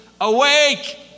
awake